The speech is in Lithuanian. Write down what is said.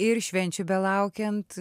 ir švenčių belaukiant